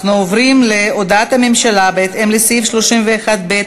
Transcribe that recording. אנחנו עוברים להודעת הממשלה בהתאם לסעיף 31(ב)